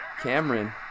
Cameron